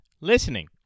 listening